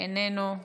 איננו,